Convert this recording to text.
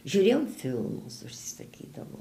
žiūrėjom filmus užsisakydavom